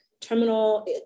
terminal